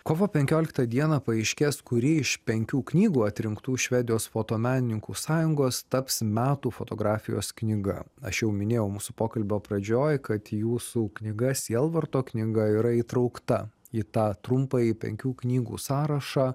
kovo penkioliktą dieną paaiškės kurį iš penkių knygų atrinktų švedijos fotomenininkų sąjungos taps metų fotografijos knyga aš jau minėjau mūsų pokalbio pradžioj kad jūsų knyga sielvarto knyga yra įtraukta į tą trumpąjį penkių knygų sąrašą